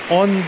on